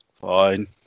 Fine